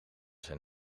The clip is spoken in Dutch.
zijn